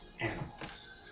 animals